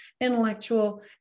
intellectual